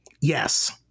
Yes